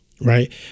Right